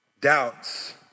doubts